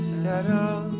settle